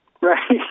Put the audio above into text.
Right